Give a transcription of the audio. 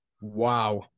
Wow